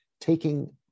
taking